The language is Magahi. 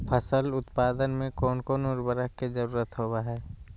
फसल उत्पादन में कोन कोन उर्वरक के जरुरत होवय हैय?